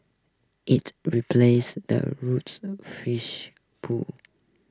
it replaces the roofs fish pool